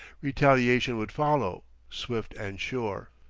retaliation would follow, swift and sure.